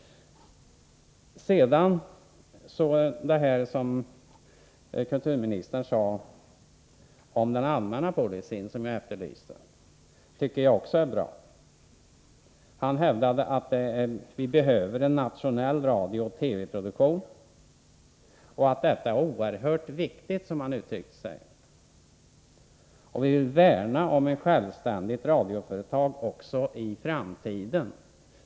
Det som kulturministern sade om den allmänna policy som jag efterlyste tycker jag också är bra. Han hävdade att vi behöver en nationell radiooch TV-produktion, att detta är oerhört viktigt, som han uttryckte sig, och att vi vill värna om ett självständigt radioföretag också i framtiden.